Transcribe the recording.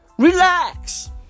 Relax